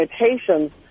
limitations